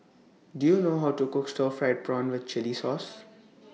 Do YOU know How to Cook Stir Fried Prawn with Chili Sauce